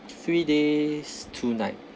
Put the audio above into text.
three days two night